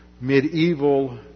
medieval